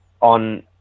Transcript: on